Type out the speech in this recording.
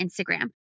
Instagram